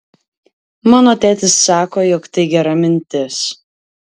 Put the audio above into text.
mano tėtis sako jog tai gera mintis